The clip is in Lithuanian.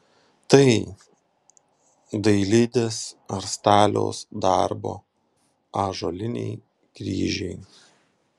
tai dailidės ar staliaus darbo ąžuoliniai kryžiai